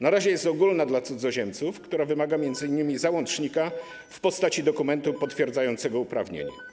Na razie jest ogólna dla cudzoziemców, która wymaga m.in. załącznika w postaci dokumentu potwierdzającego uprawnienie.